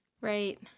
Right